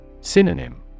Synonym